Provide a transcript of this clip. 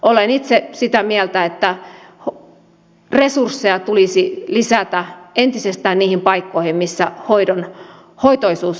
olen itse sitä mieltä että resursseja tulisi lisätä entisestään niihin paikkoihin missä hoitoisuus on raskasta